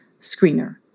Screener